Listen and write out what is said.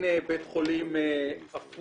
הנה בית חולים עפולה.